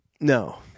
No